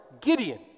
Gideon